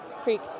creek